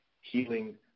healing